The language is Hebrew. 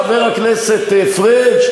חבר הכנסת פריג',